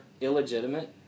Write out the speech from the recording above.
illegitimate